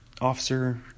Officer